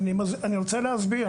אני רוצה להסביר.